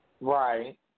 Right